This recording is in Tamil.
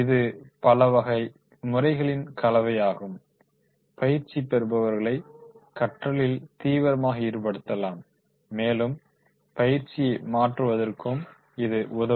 இது பல வகை முறைகளின் கலவையாகும் பயிற்சி பெறுபவர்களை கற்றலில் தீவிரமாக ஈடுபடுத்தலாம் மேலும் பயிற்சியை மாற்றுவதற்கும் இது உதவும்